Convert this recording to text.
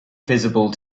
visible